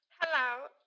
Hello